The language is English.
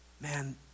man